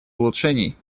улучшений